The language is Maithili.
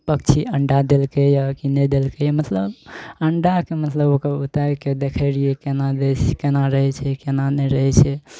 पक्षी अण्डा देलकइए कि नहि देलकइए मतलब अण्डाके मतलब ओकर उतारि कए देखय रहियइ केना दै छै केना रहय छै केना नहि रहय छै